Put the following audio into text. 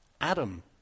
Adam